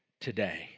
today